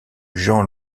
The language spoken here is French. jean